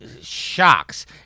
shocks